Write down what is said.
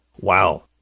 Wow